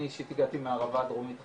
אני אישית הגעתי מהערבה הדרומית עכשיו.